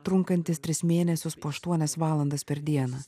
trunkantis tris mėnesius po aštuonias valandas per dieną